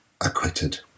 acquitted